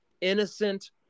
innocent